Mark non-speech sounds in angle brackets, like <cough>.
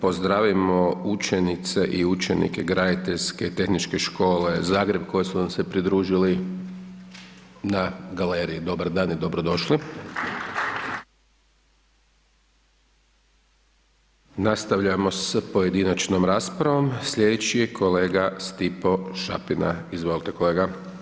Pozdravimo učenice i učenike Graditeljske tehničke škole Zagreb koji su nam se pridružili na galeriji, dobar dan i dobrodošli. … <applause> Nastavljamo sa pojedinačnom raspravom, sljedeći je kolega Stipo Šapina, izvolite kolega.